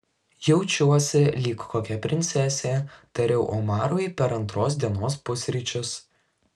jaučiuosi lyg kokia princesė tariau omarui per antros dienos pusryčius